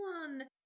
one